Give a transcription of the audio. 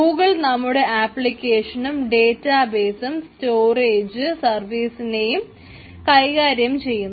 Google നമ്മുടെ ആപ്ലിക്കേഷനും ഡേറ്റാബേസും സ്റ്റോറേജ് സർവറിനേയും കൈകാര്യം ചെയ്യുന്നു